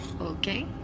Okay